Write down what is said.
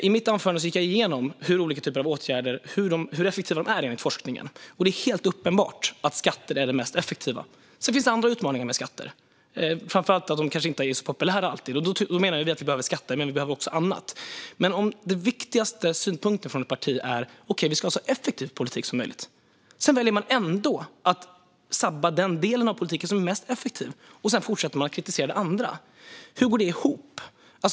I mitt anförande gick jag igenom hur effektiva olika typer av åtgärder är enligt forskningen. Det är helt uppenbart att skatter är det mest effektiva. Sedan finns det utmaningar med skatter, framför allt att de kanske inte alltid är så populära. Vi menar att vi behöver skatter, men vi behöver också annat. Om den viktigaste synpunkten från ett parti är att man ska ha en så effektiv politik som möjligt och man sedan ändå väljer att sabba den del av politiken som är mest effektiv och fortsätter att kritisera det andra, hur går det ihop?